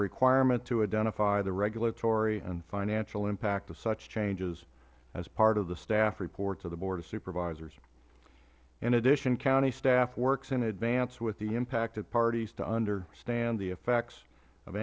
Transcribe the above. requirement to identify the regulatory and financial impact of such changes as part of the staff report to the board of supervisors in addition county staff works in advance with the impacted parties to understand the effects of